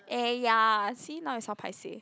eh ya see now I so paiseh